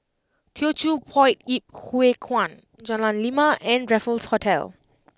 Teochew Poit Ip Huay Kuan Jalan Lima and Raffles Hotel